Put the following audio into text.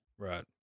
Right